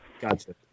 Gotcha